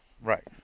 Right